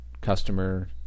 customer